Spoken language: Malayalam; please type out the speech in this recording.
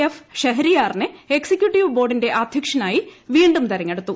എഫ് ഷെഹരിയാറിനെ എക്സിക്യൂട്ടീവ് ബോർഡിന്റെ അദ്ധ്യക്ഷനായി വീണ്ടും തെരഞ്ഞെടുത്തു